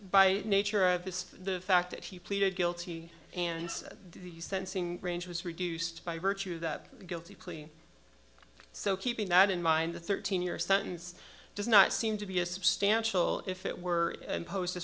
by nature of this the fact that he pleaded guilty and the sensing range was reduced by virtue of that guilty plea so keeping that in mind the thirteen year sentence does not seem to be a substantial if it were imposed as